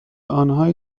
آنهایی